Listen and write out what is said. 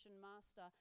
master